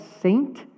saint